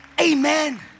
Amen